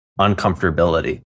uncomfortability